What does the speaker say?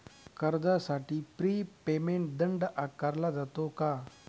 कर्जासाठी pre payment दंड आकारला जातो का?